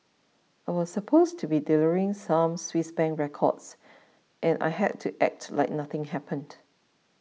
I was supposed to be delivering some Swiss Bank records and I had to act like nothing happened